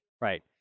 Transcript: Right